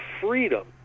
freedom